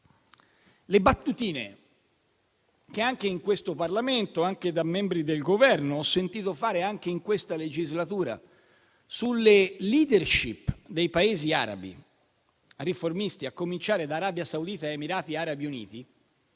le battutine che in questo Parlamento, anche da membri del Governo, ho sentito fare anche in questa legislatura, sulle *leadership* dei Paesi arabi riformisti, a cominciare da Arabia Saudita ed Emirati Arabi Uniti,